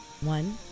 One